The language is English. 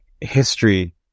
history